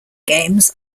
games